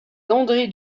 d’andré